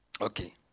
Okay